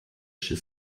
she